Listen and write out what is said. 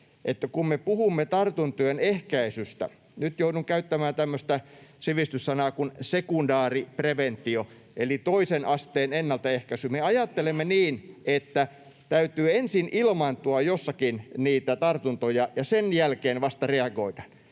me puhumme tartuntojen ehkäisystä — nyt joudun käyttämään tämmöistä sivistyssanaa kuin sekundaaripreventio eli toisen asteen ennaltaehkäisy — me ajattelemme niin, että täytyy ensin ilmaantua jossakin niitä tartuntoja ja sen jälkeen vasta reagoida.